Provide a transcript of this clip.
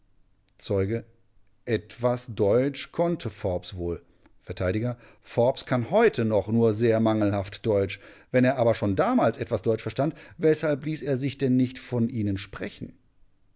zeuge etwas deutsch konnte forbes wohl vert forbes kann heute noch nur sehr mangelhaft deutsch wenn er aber schon damals etwas deutsch verstand weshalb ließ er sich denn nicht von ihnen sprechen